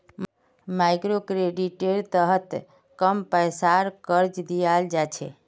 मइक्रोक्रेडिटेर तहत कम पैसार कर्ज दियाल जा छे